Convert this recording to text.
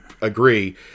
agree